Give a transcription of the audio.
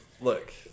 look